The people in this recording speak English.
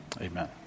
amen